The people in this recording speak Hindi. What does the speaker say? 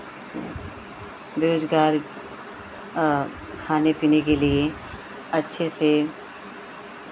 बेरोज़गार खाने पीने के लिए अच्छे से